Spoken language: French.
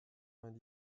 vingt